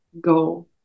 go